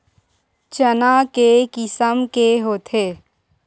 चना के किसम के होथे?